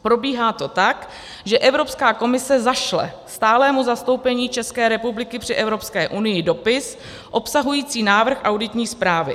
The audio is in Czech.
Probíhá to tak, že Evropská komise zašle stálému zastoupení České republiky při Evropské unii dopis obsahující návrh auditní zprávy.